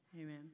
Amen